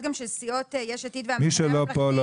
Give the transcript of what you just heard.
גם של סיעות יש עתיד והמחנה הממלכתי.